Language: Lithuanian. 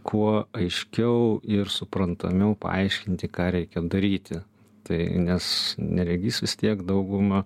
kuo aiškiau ir suprantamiau paaiškinti ką reikia daryti tai nes neregys vis tiek daugumą